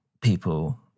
people